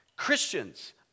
Christians